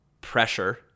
pressure